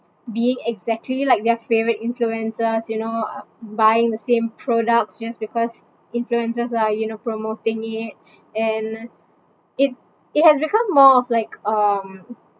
being exactly like their favourite influencers you know up buying the same products just because influencers are you know promoting it and it it has become more of like um